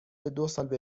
دوسال